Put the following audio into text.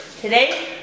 today